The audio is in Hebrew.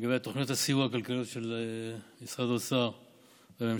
לגבי תוכנית הסיוע הכלכלית של משרד האוצר והממשלה